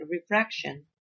refraction